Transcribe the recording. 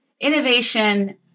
innovation